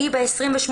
אני ב-28